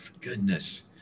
Goodness